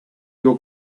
your